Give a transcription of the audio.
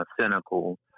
cynical